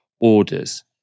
orders